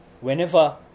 whenever